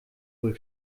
wohl